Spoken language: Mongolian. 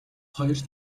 хоёр